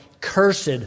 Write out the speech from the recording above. cursed